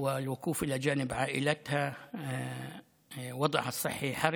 להלן תרגומם: אני פונה בתפילות של החלמה מהירה עבור דוניא ח'ליל,